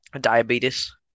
Diabetes